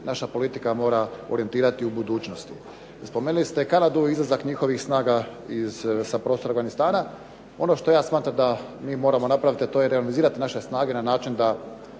naša politika mora orijentirati i u budućnosti. Spomenuli ste Kanada i izlazak njihovih snaga sa prostora Afganistana. Ono što ja smatram da mi moramo napraviti, a to je realizirati naše snage na način da